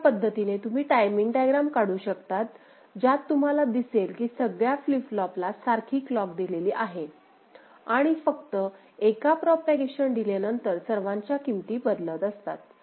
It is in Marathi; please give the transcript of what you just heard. अशा पद्धतीने तुम्ही टाइमिंग डायग्राम काढू शकतात ज्यात तुम्हाला दिसेल की सगळ्या फ्लीप फ्लोपला सारखी क्लॉक दिलेली आहे आणि फक्त 1 प्रोपागेशन डीलेनंतर सर्वांच्या किमती बदलत असतात